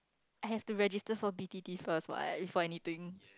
I have to register for B_T_T first what before anything